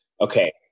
okay